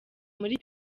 muri